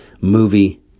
movie